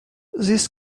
this